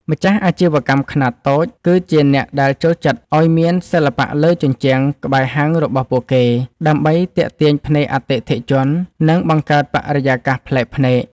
ម្ចាស់អាជីវកម្មខ្នាតតូច គឺជាអ្នកដែលចូលចិត្តឱ្យមានសិល្បៈលើជញ្ជាំងក្បែរហាងរបស់ពួកគេ ដើម្បីទាក់ទាញភ្នែកអតិថិជន និងបង្កើតបរិយាកាសប្លែកភ្នែក។